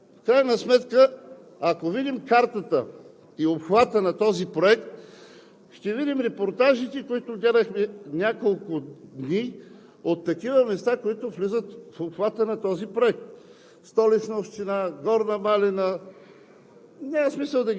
изредени са мерки, има процедура. В крайна сметка, ако видим картата и обхвата на този проект, ще видим репортажите, които гледахме няколко дни от такива места, които влизат в обхвата на този проект